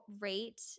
rate